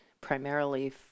primarily